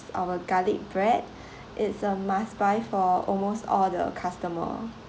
our garlic bread its a must buy for almost all the customer